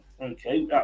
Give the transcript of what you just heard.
Okay